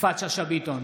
יפעת שאשא ביטון,